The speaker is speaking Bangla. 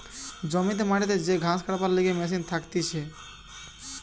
জমিতে মাটিতে যে ঘাস কাটবার লিগে মেশিন থাকতিছে